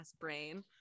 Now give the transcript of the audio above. brain